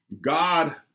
God